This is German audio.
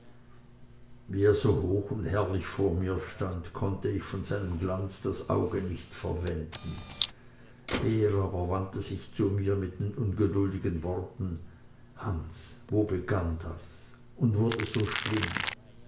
er so hoch und herrlich vor mir stand konnte ich von seinem glanz das auge nicht verwenden er aber wandte sich zu mir mit den ungeduldigen worten hans wo begann das und wurde so schlimm